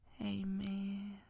amen